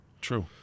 true